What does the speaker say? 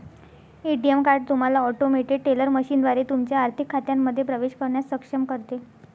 ATM card तुम्हाला automated teller मशीनद्वारे तुमच्या आर्थिक खात्यांमध्ये प्रवेश करण्यास सक्षम करते